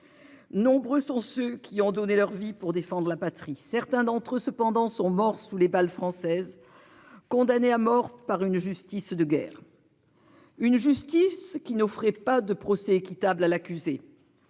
Nombreux sont ceux qui ont donné leur vie pour défendre la patrie. Certains d'entre eux cependant, sont morts sous les balles françaises. Condamné à mort par une justice de guerre. Une justice qui n'offrait pas de procès équitable à l'accusé.